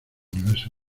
universo